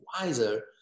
wiser